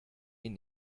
ihn